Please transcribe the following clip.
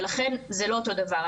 לכן זה לא אותו דבר.